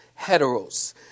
heteros